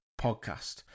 podcast